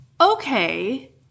okay